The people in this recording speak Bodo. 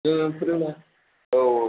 जोङो सोलोंबा औ औ औ